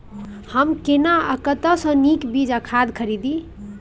हम केना आ कतय स नीक बीज आ खाद खरीदे?